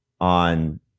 on